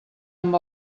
amb